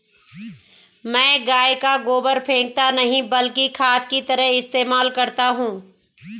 मैं गाय का गोबर फेकता नही बल्कि खाद की तरह इस्तेमाल करता हूं